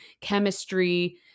chemistry